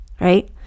right